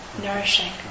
Nourishing